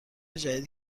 جدیدی